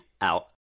out